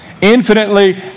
infinitely